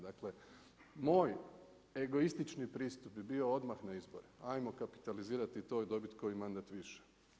Dakle, moj egoističan pristup bi bio odmah na izbore, hajmo kapitalizirati to i dobiti koji mandat više.